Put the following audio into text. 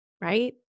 right